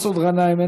מסעוד גנאים,